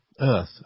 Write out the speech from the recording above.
Earth